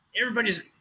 everybody's